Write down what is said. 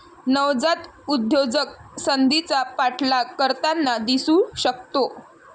नवजात उद्योजक संधीचा पाठलाग करताना दिसू शकतो